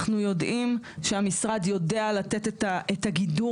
אנחנו יודעים שהמשרד יודע לתת את הגידור